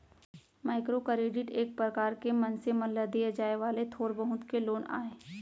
micro credit एक परकार के मनसे मन ल देय जाय वाले थोर बहुत के लोन आय